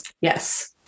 Yes